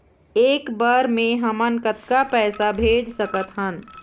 एक बर मे हमन कतका पैसा भेज सकत हन?